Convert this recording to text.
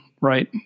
right